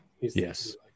Yes